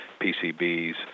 PCBs